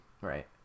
Right